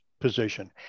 Position